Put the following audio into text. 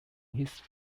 his